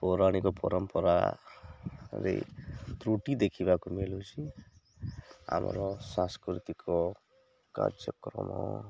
ପୌରାଣିକ ପରମ୍ପରାରେ ତ୍ରୁଟି ଦେଖିବାକୁ ମିଳୁଛି ଆମର ସାଂସ୍କୃତିକ କାର୍ଯ୍ୟକ୍ରମ